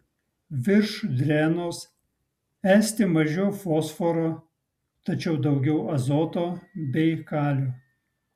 virš drenos esti mažiau fosforo tačiau daugiau azoto bei kalio